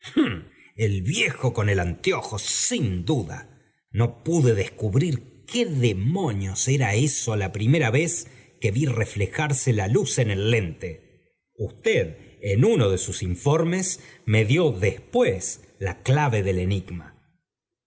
el viejo con el anteojo sin duda no pude descubrir qué demonios era eso ja primera vez que vi reflejarse la luz en el lente usted en uno de sus informes me dió después la clave del enigma